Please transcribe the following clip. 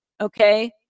Okay